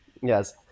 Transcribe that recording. Yes